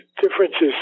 differences